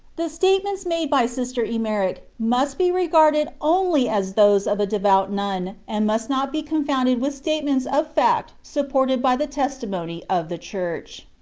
the statements made by sister emmerich must be regarded only as those of a devout nun, and must not be confounded with statements of facts supported by the testimony of the church.